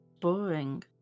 Boring